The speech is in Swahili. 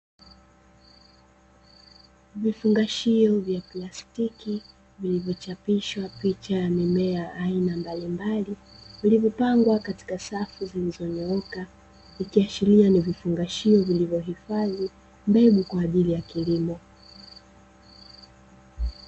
Vifungashio vya plastiki vilivyochapishwa picha ya mimea aina mbalimbali vilivyopangwa katika safu zilizonyooka, ikiashiria ni vifungashio vilivyohifadhi mbegu kwa ajili ya kilimo.